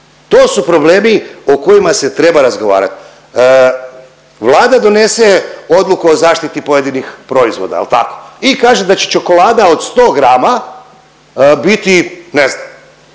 To su problemi o kojima se treba razgovarat. Vlada donese odluku o zaštiti pojedinih proizvoda jel tako? I kaže da će čokolada od 100 grama biti ne znam